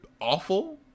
awful